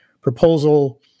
proposal